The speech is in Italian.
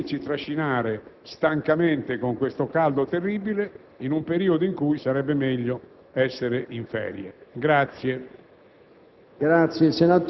di evitare di vederci trascinare stancamente, con questo caldo terribile, in un periodo in cui sarebbe meglio essere in ferie.